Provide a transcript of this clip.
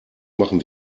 machen